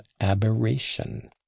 aberration